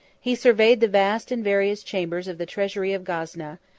he surveyed the vast and various chambers of the treasury of gazna,